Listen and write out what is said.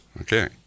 Okay